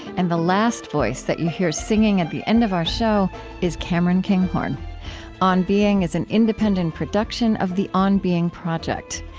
and the last voice that you hear singing at the end of our show is cameron kinghorn on being is an independent production of the on being project.